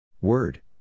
Word